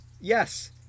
Yes